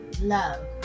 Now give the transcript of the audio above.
love